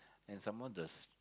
and some more the